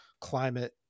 climate